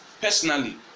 personally